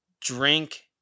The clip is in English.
drink